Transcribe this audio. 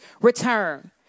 return